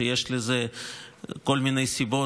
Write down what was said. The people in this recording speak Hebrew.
שיש לזה כל מיני סיבות